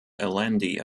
allende